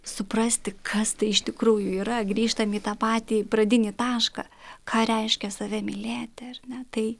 suprasti kas tai iš tikrųjų yra grįžtam į tą patį pradinį tašką ką reiškia save mylėti ar ne tai